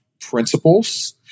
principles